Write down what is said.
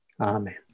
Amen